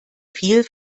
viel